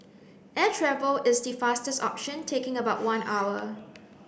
air travel is the fastest option taking about one hour